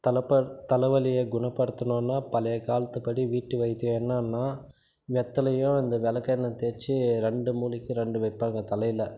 தலை இப்போ தலை வலியை குணப்படுத்துணும்னா பழைய காலத்துப்படி வீட்டு வைத்தியம் என்னான்னால் வெத்தலையும் இந்த வெளக்கெண்ணய் தேச்சு ரெண்டு மூலைக்கும் ரெண்டு வைப்பாங்க தலையில்